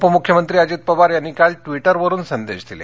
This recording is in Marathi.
उप मुख्यमंत्री अजित पवार यांनी काल ट्विटरवरुन संदेश दिले